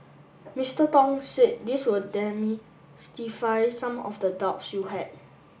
Mister Tong said this will demystify some of the doubts you had